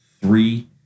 three